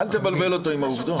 אל תבלבל אותו עם העובדות.